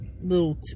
little